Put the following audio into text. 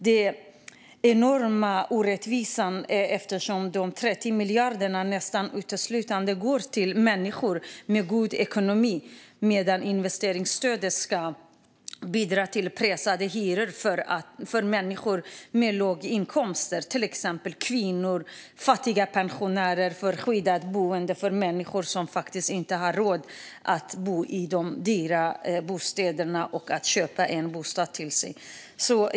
Det är en enorm orättvisa eftersom de 30 miljarderna nästan uteslutande går till människor med god ekonomi medan investeringsstödet ska bidra till pressade hyror för människor med låga inkomster, till exempel kvinnor, fattigpensionärer och de med behov av skyddat boende - människor som faktiskt inte har råd att bo i dyra bostäder eller att köpa sig en bostad.